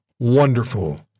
Wonderful